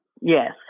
Yes